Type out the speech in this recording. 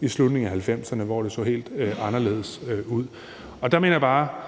i slutningen af 1990'erne, hvor det så helt anderledes ud, og der mener jeg bare,